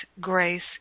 grace